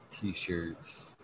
T-shirts